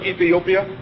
Ethiopia